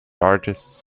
artists